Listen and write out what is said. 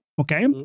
okay